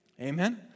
Amen